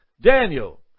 Daniel